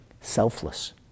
selfless